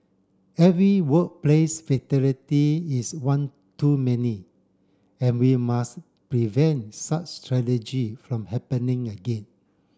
every workplace fatality is one too many and we must prevent such tragedy from happening again